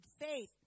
faith